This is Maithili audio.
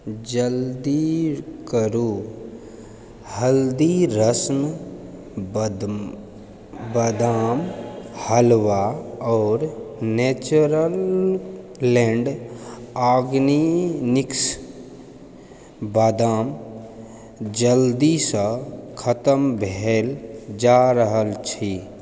जल्दी करु हल्दीराम बदाम हलवा और नेचरलैंड ऑर्गेनिक्स बादाम जल्दीसँ खतम भेल जा रहल अछि